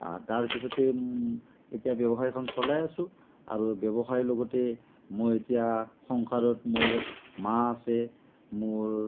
তাৰ পিছতেই এতিয়া ব্যৱসায়খন চলাই আছোঁ আৰু ব্যৱসায়ৰ লগতে মই এতিয়া সংসাৰত মোৰ মা আছে মোৰ